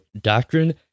doctrine